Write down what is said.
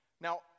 Now